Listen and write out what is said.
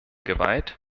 gewalt